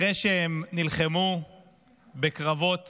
אחרי שהם נלחמו בקרבות